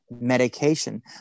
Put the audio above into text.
medication